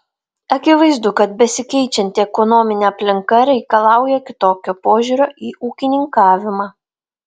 akivaizdu kad besikeičianti ekonominė aplinka reikalauja kitokio požiūrio į ūkininkavimą